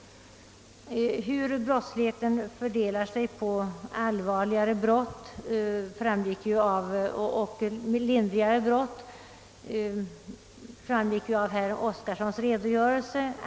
Hur brottsligheten fördelar sig mellan allvarligare och lindrigare brott framgick ju av herr Oskarsons redogörelse.